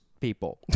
people